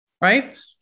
right